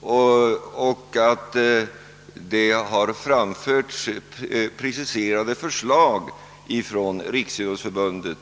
och att preciserade förslag har framförts av Riksidrottsförbundet.